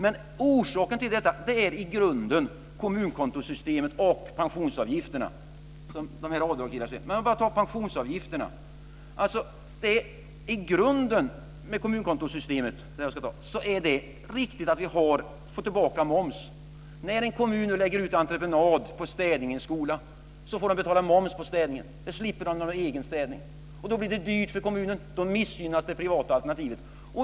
Orsaken till detta är i grunden kommunkontosystemet och pensionsavgifterna. Jag tar bara upp pensionsavgifterna. I grunden är det med kommunkontosystemet riktigt att vi får tillbaka moms. När en kommun lägger ut städning i en skola på entreprenad får den betala moms på städningen. Det slipper man när man har egen städning. Då blir det dyrt för kommunen. Då missgynnas det privata alternativet.